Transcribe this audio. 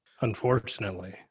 Unfortunately